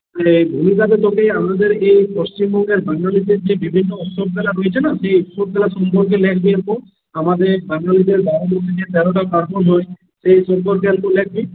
এই ভূমিকাতে তোকে আমাদের এই পশ্চিমবঙ্গের বাঙালিদের যে বিভিন্ন রয়েছে না সেগুলার সম্পর্কে লেখবি একটু আমাদের বাঙালিদের বারো মাসে তেরোটা পার্বণ হয় সেই সম্পর্কে একটু লেখবি